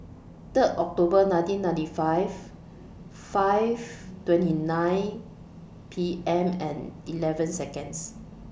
Third October nineteen ninety five five twenty nine P M and eleven Seconds